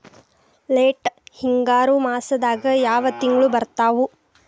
Late ಹಿಂಗಾರು ಮಾಸದಾಗ ಯಾವ್ ತಿಂಗ್ಳು ಬರ್ತಾವು?